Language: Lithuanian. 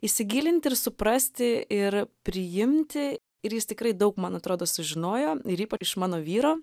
įsigilint ir suprasti ir priimti ir jis tikrai daug man atrodo sužinojo ir ypač iš mano vyro